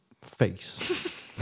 face